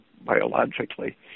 biologically